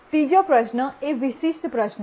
ત્રીજો પ્રશ્ન એ વિશિષ્ટ પ્રશ્ન છે